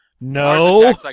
No